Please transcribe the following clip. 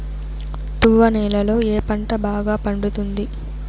తువ్వ నేలలో ఏ పంట బాగా పండుతుంది?